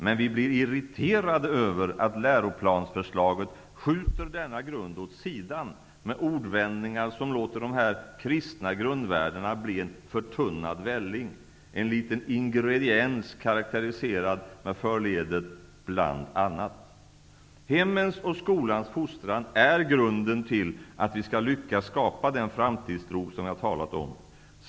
Men vi blir irriterade över att läroplansförslaget skjuter denna grund åt sidan med ordvändningar som låter de här kristna grundvärdena bli en förtunnad välling, en liten ingrediens karakteriserad med förledet ''bland annan''. Hemmens och skolans fostran är grunden till att vi skall lyckas skapa den framtidstro som jag talat om.